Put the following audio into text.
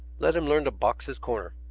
let him learn to box his corner.